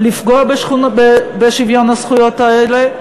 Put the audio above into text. לפגוע בשוויון הזכויות האלה,